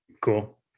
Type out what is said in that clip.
Cool